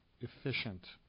efficient